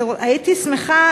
הייתי שמחה,